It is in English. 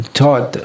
taught